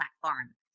platform